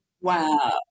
Wow